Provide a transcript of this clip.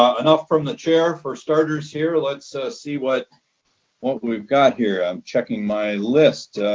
ah enough from the chair. for starters here, let's see what what we got here. i'm checking my list,